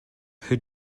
who